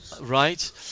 Right